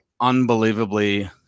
unbelievably